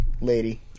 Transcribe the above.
lady